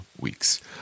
weeks